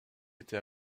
était